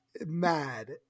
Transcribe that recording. mad